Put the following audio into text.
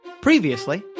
Previously